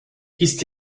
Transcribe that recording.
ist